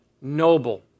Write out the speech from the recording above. noble